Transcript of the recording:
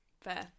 Fair